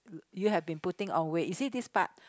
you have been putting on weight you see this part